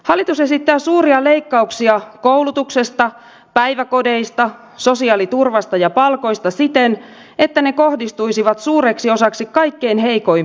hallitus esittää suuria leikkauksia koulutuksesta päiväkodeista sosiaaliturvasta ja palkoista siten että ne kohdistuisivat suureksi osaksi kaikkein heikoimpiin